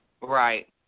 Right